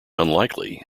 unlikely